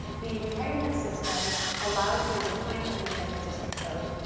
the retirement system allows you, the plan that the retirement system chose,